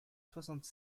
soixante